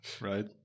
right